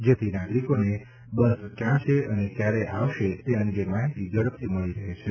જેથી નાગરિકોને બસ ક્યાં છે અને ક્યારે આવશે તે અંગે માહિતી ઝડપથી મળી રહે છે